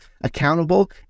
accountable